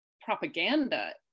propaganda